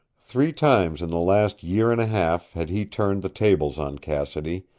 three times in the last year and a half had he turned the tables on cassidy,